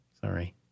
sorry